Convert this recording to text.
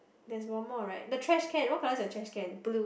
there's one more right the trash can what colour is your trash can